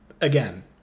again